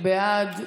לוועדת